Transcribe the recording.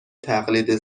تقلید